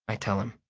i tell him.